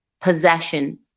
possession